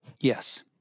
Yes